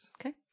Okay